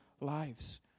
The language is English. lives